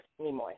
Nimoy